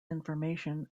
information